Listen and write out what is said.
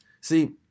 see